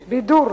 בידור,